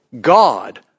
God